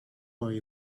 worry